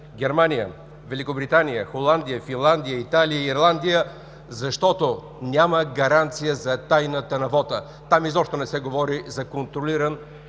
Германия, Великобритания, Холандия, Финландия, Италия и Ирландия, защото няма гаранция за тайната на вота. Там изобщо не се говори за контролиран